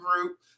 group